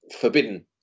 forbidden